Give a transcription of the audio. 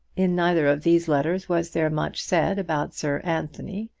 in neither of these letters was there much said about sir anthony,